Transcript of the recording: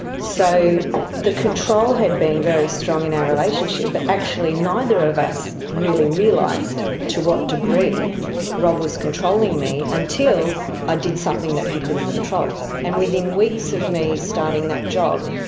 so the control had been very strong in our relationship, but actually neither of us really realised to what degree rob was controlling me, until i did something that he couldn't control. and within weeks of me starting that job,